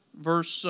Verse